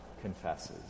confesses